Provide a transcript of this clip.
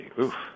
oof